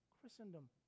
Christendom